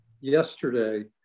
yesterday